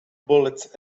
bullets